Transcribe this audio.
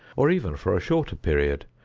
or even for a shorter period,